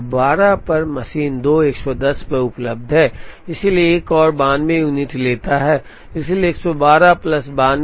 112 पर मशीन 2 110 पर ही उपलब्ध है इसलिए एक और 92 यूनिट लेता है इसलिए 112 प्लस 92 204 है